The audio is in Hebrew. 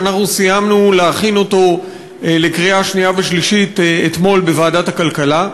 שאנחנו סיימנו להכין לקריאה שנייה ושלישית אתמול בוועדת הכלכלה.